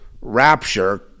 rapture